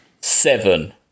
seven